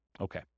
Okay